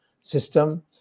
system